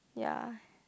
ya